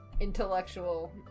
intellectual